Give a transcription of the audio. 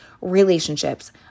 relationships